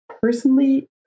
personally